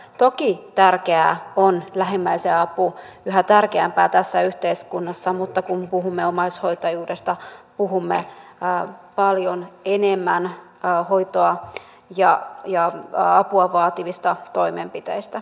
toki tärkeää on lähimmäisen apu yhä tärkeämpää tässä yhteiskunnassa mutta kun puhumme omaishoitajuudesta puhumme paljon enemmän hoitoa ja apua vaativista toimenpiteistä